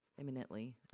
imminently